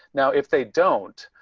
now, if they don't,